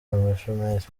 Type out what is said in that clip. abashomeri